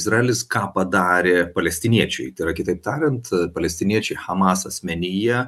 izraelis ką padarė palestiniečiai tai yra kitaip tariant palestiniečių hamas asmenyje